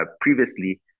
previously